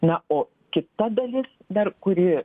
na o kita dalis dar kuri